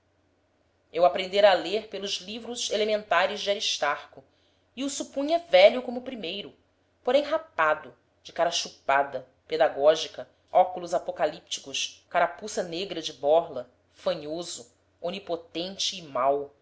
eu aprendera a ler pelos livros elementares de aristarco e o supunha velho como o primeiro porém rapado de cara chupada pedagógica óculos apocalípticos carapuça negra de borla fanhoso onipotente e mau